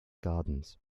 gardens